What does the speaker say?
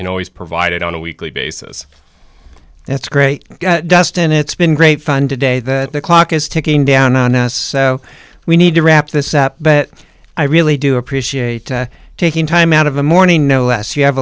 can always provided on a weekly basis that's great dustin it's been great fun today that the clock is ticking down on us so we need to wrap this up but i really do appreciate you taking time out of a morning no less you have